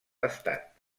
estat